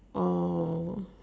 or